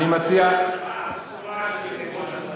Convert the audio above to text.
מה הבשורה של כבוד השר?